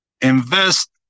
Invest